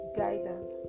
guidance